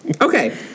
Okay